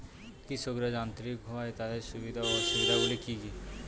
কৃষকরা যান্ত্রিক হওয়ার তাদের সুবিধা ও অসুবিধা গুলি কি কি?